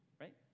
right